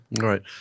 right